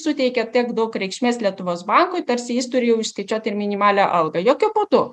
suteikia tiek daug reikšmės lietuvos bankui tarsi jis turi išskaičiuot ir minimalią algą jokio būdu